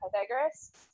Pythagoras